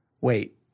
wait